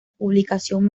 publicación